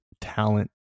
talent